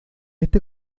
este